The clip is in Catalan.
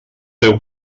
teu